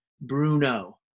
Bruno